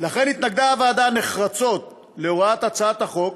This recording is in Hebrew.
לכן התנגדה הוועדה נחרצות להוראת הצעת החוק